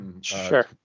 sure